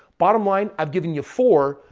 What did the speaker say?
bottom line, i've given you four.